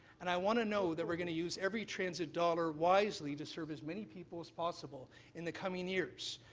and i want to know that we're going to use every transit dollar wisely to serve as many people as possible in the coming years.